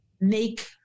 make